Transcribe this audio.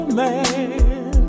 man